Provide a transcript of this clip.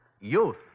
Youth